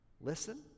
Listen